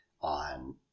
on